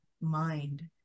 mind